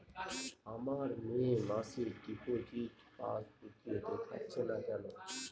আমার মে মাসের ডিপোজিট পাসবুকে দেখাচ্ছে না কেন?